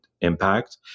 impact